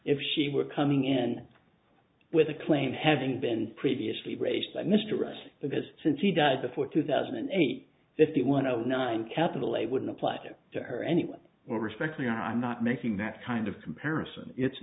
if she were coming in with a claim having been previously raised by mr right because since he died before two thousand and eight fifty one of nine capital a wouldn't apply to her anyway or respect to iran i'm not making that kind of comparison it's